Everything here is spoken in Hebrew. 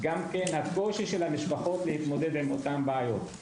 גם הקושי של המשפחות בהתמודדות עם אותן בעיות.